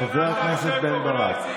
חבר הכנסת בן ברק.